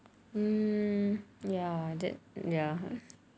hmm ya that ya